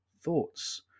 thoughts